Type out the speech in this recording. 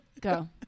Go